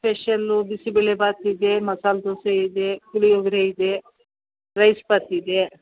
special bisi bele bath ಇದೆ ಮಸಾಲೆ ದೋಸೆ ಇದೆ ಪುಳಿಯೋಗರೆ ಇದೆ ರೈಸ್ ಭಾತ್ ಇದೆ